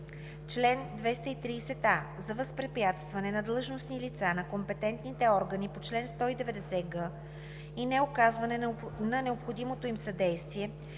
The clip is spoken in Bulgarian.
„Чл. 230а. За възпрепятстване на длъжностни лица на компетентните органи по чл. 190г и неоказване на необходимото им съдействие